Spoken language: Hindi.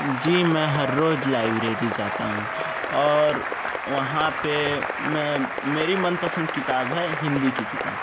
जी मैं हर रोज़ लाइब्रेरी जाता हूँ और वहाँ पे मैं मेरी मनपसंद किताब है हिंदी की किताब